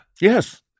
Yes